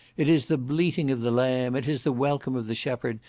it is the bleating of the lamb, it is the welcome of the shepherd,